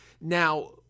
Now